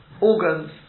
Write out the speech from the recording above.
Organs